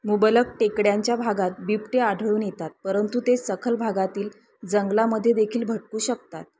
मुबलक टेकड्यांच्या भागात बिबटे आढळून येतात परंतु ते सखल भागातील जंगलामध्ये देखील भटकू शकतात